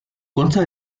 consta